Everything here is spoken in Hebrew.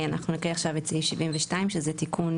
אנחנו נקריא עכשיו את סעיף 72 שזה תיקון